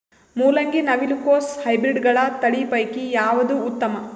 ಮೊಲಂಗಿ, ನವಿಲು ಕೊಸ ಹೈಬ್ರಿಡ್ಗಳ ತಳಿ ಪೈಕಿ ಯಾವದು ಉತ್ತಮ?